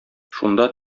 шунда